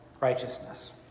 righteousness